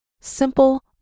Simple